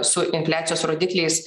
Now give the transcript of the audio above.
su infliacijos rodikliais